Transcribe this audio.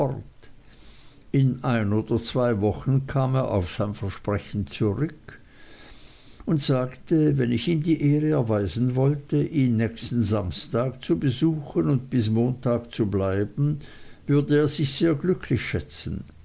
in ein oder zwei wochen kam er auf sein versprechen zurück und sagte wenn ich ihm die ehre erweisen wollte ihn nächsten samstag zu besuchen und bis montag zu bleiben würde er sich sehr glücklich schätzen